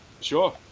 Sure